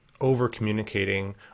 over-communicating